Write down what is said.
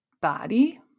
body